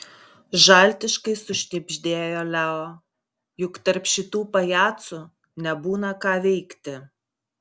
žaltiškai sušnibždėjo leo juk tarp šitų pajacų nebūna ką veikti